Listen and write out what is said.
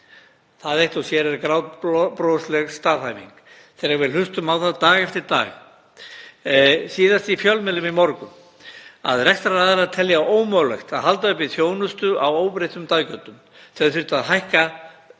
Það eitt og sér er grátbrosleg staðhæfing þegar við hlustum á það dag eftir dag, síðast í fjölmiðlum í morgun, að rekstraraðilar telja ómögulegt að halda uppi þjónustu á óbreyttum daggjöldum. Þau þyrftu að hækka